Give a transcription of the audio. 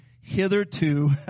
Hitherto